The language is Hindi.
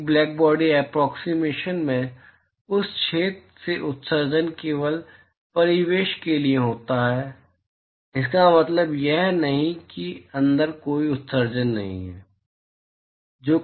एक ब्लैकबॉडी एप्रोक्सिमेशन में उस छेद से उत्सर्जन केवल परिवेश के लिए होता है इसका मतलब यह नहीं है कि अंदर कोई उत्सर्जन नहीं है